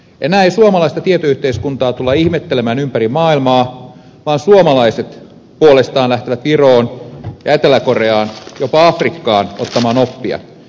enää ei suomalaista tietoyhteiskuntaa tulla ihmettelemään ympäri maailmaa vaan suomalaiset puolestaan lähtevät viroon ja etelä koreaan jopa afrikkaan ottamaan oppia